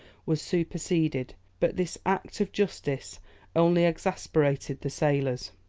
was superseded but this act of justice only exasperated the sailors.